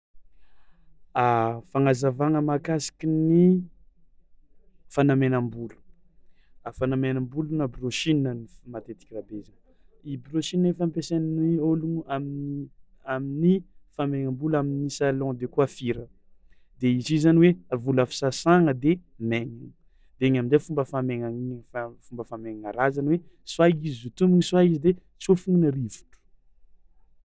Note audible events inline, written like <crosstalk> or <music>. <hesitation> Fagnazavana makasiky ny fanamenam-bolo, a fanamenam-bolo brôsina matetika rabezina i brôsina io fa ampiasain'ny ologno amin'ny amin'ny famainam-bolo amin'ny salon de coiffure, de izy io zany hoe volo avy sasana de megniny de igny amizay fomba famegna- fomba famegnana raha zany hoe soit izy sontoniny soit izy de tsofon'ny rivotro.